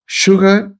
sugar